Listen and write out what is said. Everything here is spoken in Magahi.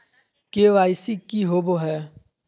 के.वाई.सी की होबो है?